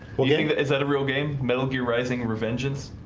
well getting that is that a real game metal gear rising revengeance